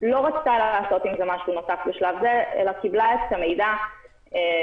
לא רצתה לעשות עם זה משהו נוסף בשלב זה אלא קיבלה את המידע והיא